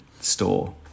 store